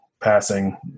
passing